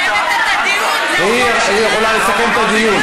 יוליה מסכמת את הדיון, היא יכולה לסכם את הדיון.